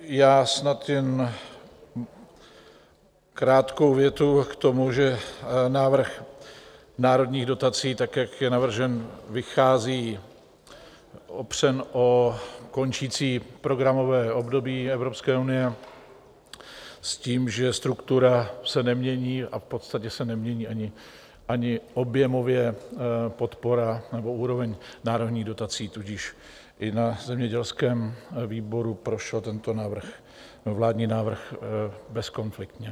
Já snad jen krátkou větu k tomu, že návrh národních dotací, jak je navržen, vychází opřen o končící programové období Evropské unie s tím, že struktura se nemění a v podstatě se nemění ani objemově podpora nebo úroveň národních dotací, tudíž i na zemědělském výboru prošel tento vládní návrh bezkonfliktně.